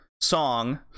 Song